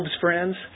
friends